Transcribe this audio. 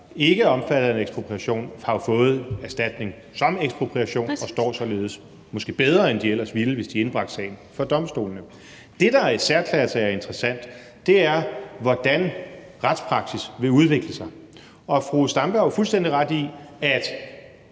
være omfattet af en ekspropriation, har jo fået erstatning, som hvis det havde været en ekspropriation, og de står således måske bedre, end de ellers ville, hvis de indbragte sagen for domstolene. Det, der i særklasse er interessant, er, hvordan retspraksis vil udvikle sig. Fru Zenia Stampe har jo fuldstændig ret i, at